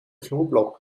knoblauch